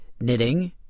knitting